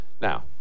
Now